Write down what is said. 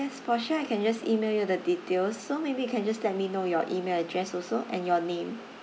yes for sure I can just email you the details so maybe you can just let me know your email address also and your name